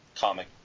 Comic